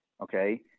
Okay